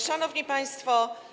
Szanowni Państwo!